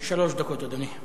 שלוש דקות, אדוני.